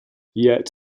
yet